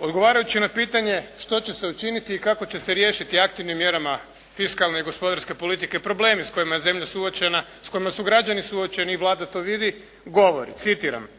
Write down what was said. odgovarajući na pitanje što će se učiniti i kako će se riješiti aktivnim mjerama fiskalne i gospodarske politike problemi s kojima je zemlja suočena, s kojima su građani suočeni i Vlada to vidi, govori, citiram: